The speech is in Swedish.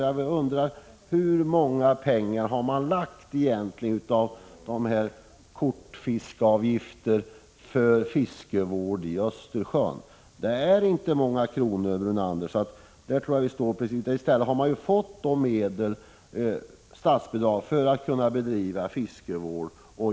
Jag undrar hur mycket pengar från fiskekortsavgifter som har avsatts för fiskevård i Östersjön. Det är inte många kronor, Lennart Brunander. I stället har det utgått statsbidrag till fiskevård.